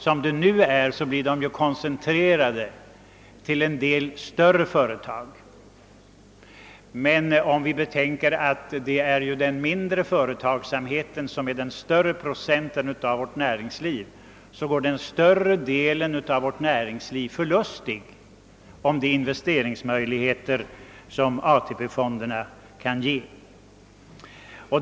Som det nu är blir pengarna koncentrerade till en del större företag, men om vi betänker att den mindre företagsamheten utgör en större procentuell andel av vårt näringsliv så kan man säga att den större delen av vårt näringsliv gått förlustig de investeringsmöjligheter som AP-fonderna kan ge.